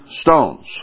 stones